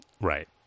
Right